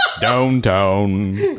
Downtown